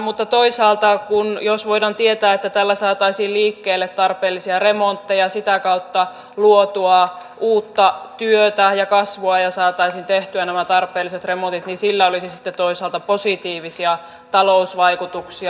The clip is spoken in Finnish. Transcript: mutta toisaalta jos voidaan tietää että tällä saataisiin liikkeelle tarpeellisia remontteja ja sitä kautta luotua uutta työtä ja kasvua ja saataisiin tehtyä nämä tarpeelliset remontit niin sillä olisi sitten toisaalta positiivisia talousvaikutuksia